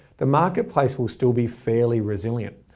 the marketplace will still be fairly resilient.